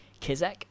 Kizek